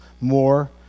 more